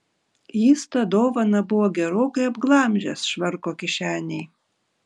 jis tą dovaną buvo gerokai apglamžęs švarko kišenėj